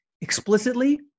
explicitly